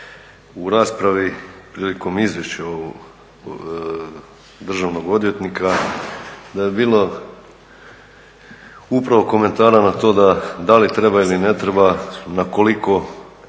u raspravi prilikom izvješća državnog odvjetnika da je bilo upravo komentara na to da li treba ili ne treba na koliko